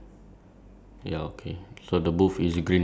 wait your booth uh what does it write at the top